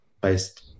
based